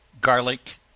garlic